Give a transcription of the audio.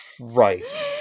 christ